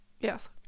Yes